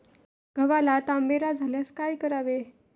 गव्हाला तांबेरा झाल्यास काय करावे?